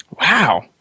Wow